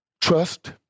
trust